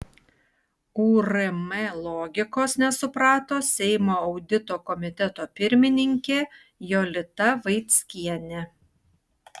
urm logikos nesuprato seimo audito komiteto pirmininkė jolita vaickienė